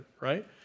right